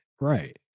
Right